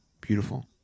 Beautiful